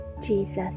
Jesus